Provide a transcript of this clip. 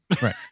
Right